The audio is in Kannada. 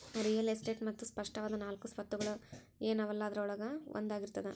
ರಿಯಲ್ ಎಸ್ಟೇಟ್ ಮತ್ತ ಸ್ಪಷ್ಟವಾದ ನಾಲ್ಕು ಸ್ವತ್ತುಗಳ ಏನವಲಾ ಅದ್ರೊಳಗ ಇದೂ ಒಂದಾಗಿರ್ತದ